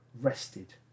rested